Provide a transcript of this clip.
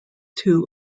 two